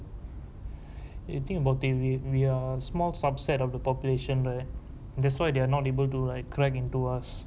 you think about it we we are a small subset of the population right that's why they are not able to like crack into us